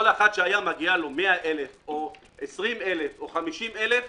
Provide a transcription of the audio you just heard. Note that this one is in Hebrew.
כל מי שהיה מגיע לו 100,000 או 20,000 או 50,000 שקל,